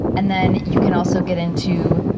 and then you can also get into,